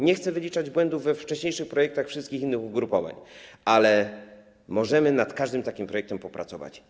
Nie chcę wyliczać błędów we wcześniejszych projektach wszystkich innych ugrupowań, ale możemy nad każdym takim projektem popracować.